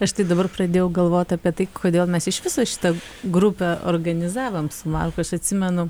aš tik dabar pradėjau galvot apie tai kodėl mes iš viso šitą grupę organizavom su marku aš atsimenu